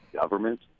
government